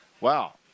Wow